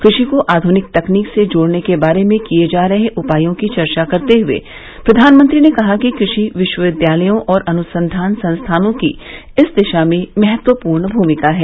कृषि को आधुनिक तकनीक से जोडने के बारे में किए जा रहे उपायों की चर्चा करते हुए प्रधानमंत्री ने कहा कि कृषि विश्वविद्यालयों और अनुसंधान संस्थानों की इस दिशा में महत्वपूर्ण भूमिका है